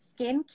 skincare